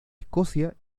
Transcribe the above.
escocia